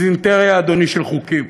דיזנטריה, אדוני, של חוקים.